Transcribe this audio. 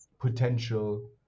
potential